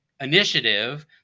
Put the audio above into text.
initiative